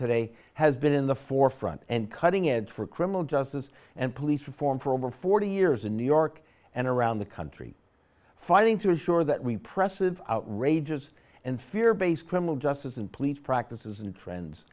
today has been in the forefront and cutting edge for criminal justice and police reform for over forty years in new york and around the country fighting to assure that repressive outrages and fear based criminal justice and police practices and trends